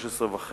13.5